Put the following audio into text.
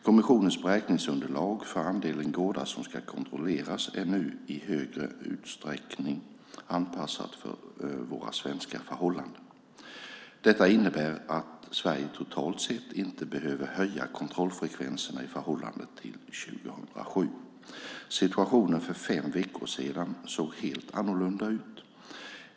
Kommissionens beräkningsunderlag för andelen gårdar som ska kontrolleras är nu i större utsträckning anpassat för våra svenska förhållanden. Detta innebär att Sverige totalt sett inte behöver höja kontrollfrekvenserna i förhållande till 2007. Situationen för fem veckor sedan såg helt annorlunda ut.